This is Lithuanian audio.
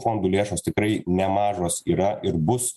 fondų lėšos tikrai nemažos yra ir bus